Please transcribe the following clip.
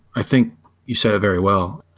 i think you said it very well.